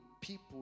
people